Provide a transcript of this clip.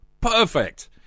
perfect